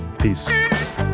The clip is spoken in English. Peace